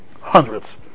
Hundreds